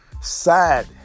sad